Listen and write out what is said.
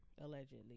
Allegedly